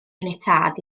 caniatâd